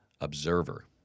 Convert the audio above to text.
observer